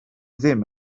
ddim